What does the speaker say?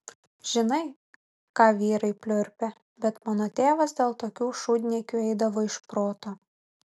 žinai ką vyrai pliurpia bet mano tėvas dėl tokių šūdniekių eidavo iš proto